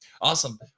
awesome